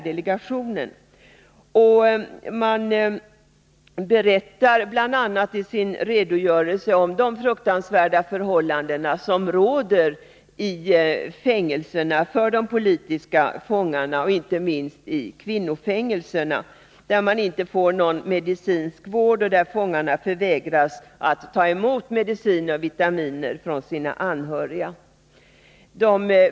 I redogörelsen från besöket berättas bl.a. om de fruktansvärda förhållanden som råder för de politiska fångarna i fängelserna, inte minst i kvinnofängelserna. Ingen medicinsk vård ges, och fångarna förvägras att ta emot medicin och vitaminer från anhöriga.